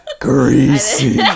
Greasy